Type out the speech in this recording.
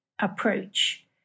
approach